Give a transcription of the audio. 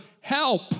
help